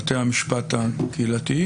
000 עצורים לא עד תום ההליכים,